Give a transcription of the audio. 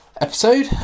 episode